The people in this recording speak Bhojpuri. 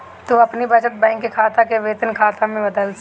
तू अपनी बचत बैंक के खाता के वेतन खाता में बदल सकेला